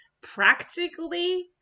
practically